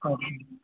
okay